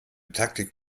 taktik